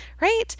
right